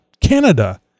Canada